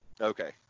Okay